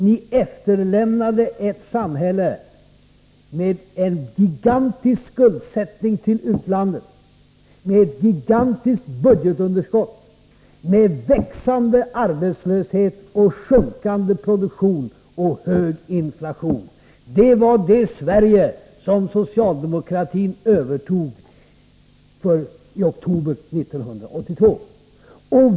Ni efterlämnade ett samhälle med en gigantisk skuldsättning gentemot utlandet, med ett gigantiskt budgetunderskott, med växande arbetslöshet, sjunkande produktion och hög inflation. Det var det Sverige som socialdemokratin övertog i oktober 1982.